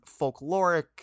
folkloric